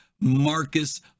Marcus